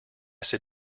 sit